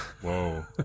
Whoa